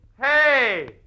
Hey